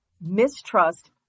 mistrust